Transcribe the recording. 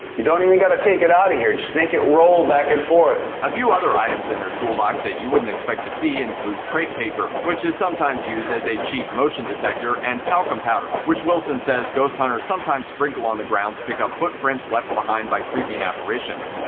you don't even gotta take it out of here, just make it roll back and forth. a few other items in their toolbox that you wouldn't expect to see include crepe paper, which is sometimes used as a cheap motion detector, and talcum powder, which wilson says ghost hunters sometimes sprinkle on the ground to pick up footprints left behind by creeping apparitions.